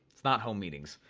it's not home meetings.